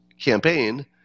campaign